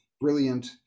brilliant